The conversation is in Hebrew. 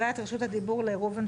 אני מעבירה את רשות הדיבור לראובן,